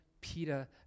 Peter